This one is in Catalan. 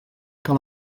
cal